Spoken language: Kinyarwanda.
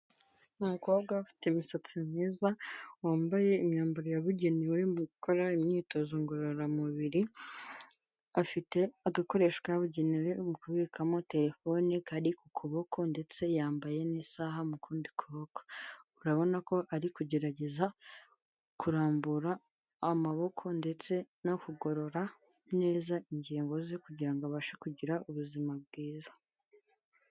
Umukobwa ufite imisatsi myiza, wambaye imyambaro yabugenewe mu gukora imyitozo ngororamubiri, afite agakoresho kabugenewe mu kubikamo terefone kari ku kuboko, ndetse yambaye n'isaaha mu kundi kuboko, urabona ko ari kugerageza kurambura amaboko, ndetse no kugorora neza ingingo ze kugirango abashe kugira ubuzima bwiza.